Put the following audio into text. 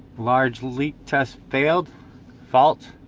large leak test failed fault